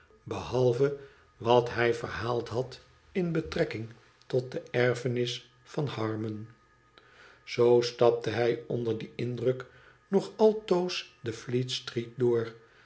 behalve wat hij verhaald had in betrekking tot de erfenis van harmon zoo stapte hij onder dien indruk nog altoos de fleet-street door